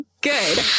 good